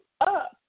up